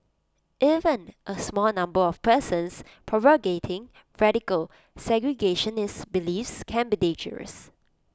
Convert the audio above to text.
even A small number of persons propagating radical segregationist beliefs can be dangerous